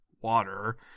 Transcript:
water